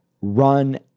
run